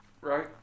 right